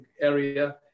area